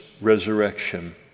resurrection